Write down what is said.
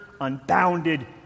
unbounded